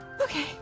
Okay